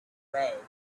way